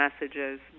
messages